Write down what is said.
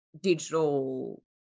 digital